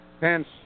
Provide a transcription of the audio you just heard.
Pence